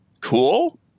cool